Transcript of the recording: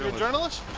journalist.